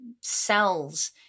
cells